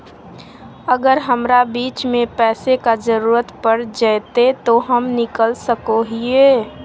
अगर हमरा बीच में पैसे का जरूरत पड़ जयते तो हम निकल सको हीये